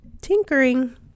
tinkering